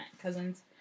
cousins